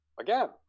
again